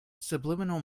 subliminal